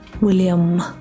William